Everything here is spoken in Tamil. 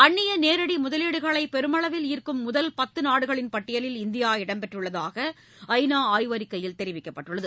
அந்நிய நேரடி முதலீடுகளை பெருமளவில் ஈர்க்கும் முதல் பத்து நாடுகளின் பட்டியலில் இந்தியா இடம்பெற்றுள்ளதாக ஐ நா ஆய்வறிக்கையில் தெரிவிக்கப்பட்டுள்ளது